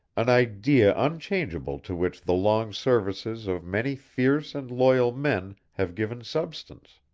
an idea unchangeable to which the long services of many fierce and loyal men have given substance.